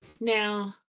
Now